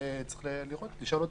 וצריך לשאול אותם.